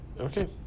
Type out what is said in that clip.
Okay